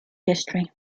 history